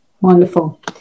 Wonderful